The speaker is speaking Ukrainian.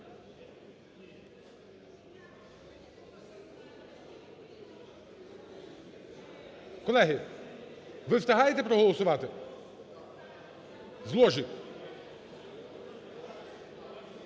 Колеги, ви встигаєте проголосувати, з ложі?